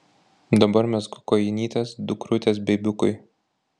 dabar mezgu kojinytes dukrutės beibiukui